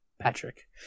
Patrick